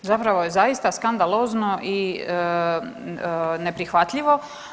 Zapravo je zaista skandalozno i neprihvatljivo.